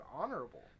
honorable